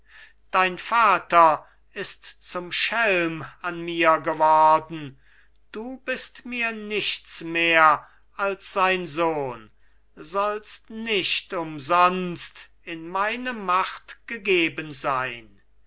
dein vater ist zum schelm an mir geworden du bist mir nichts mehr als sein sohn sollst nicht umsonst in meine macht gegeben sein